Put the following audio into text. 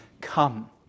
Come